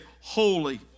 holy